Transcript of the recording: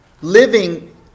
living